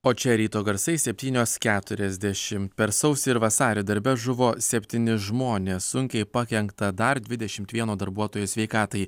o čia ryto garsai septynios keturiasdešimt per sausį ir vasarį darbe žuvo septyni žmonės sunkiai pakenkta dar dvidešimt vieno darbuotojo sveikatai